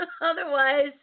Otherwise